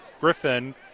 Griffin